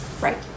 Right